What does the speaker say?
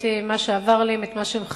את מה שעבר עליהם, את מה שהם חוו,